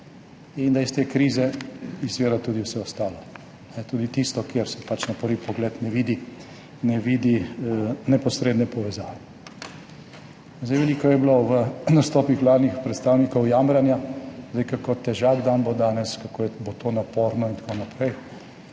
in da iz te krize izvira tudi vse ostalo, tudi tisto, kjer se pač na prvi pogled ne vidi neposredne povezave. Veliko je bilo v nastopih vladnih predstavnikov jamranja, kako težak dan bo danes, kako bo to naporno in tako naprej.